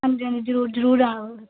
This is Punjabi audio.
ਹਾਂਜੀ ਹਾਂਜੀ ਜ਼ਰੂਰ ਜ਼ਰੂਰ ਆਓ